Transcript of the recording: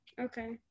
okay